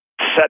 set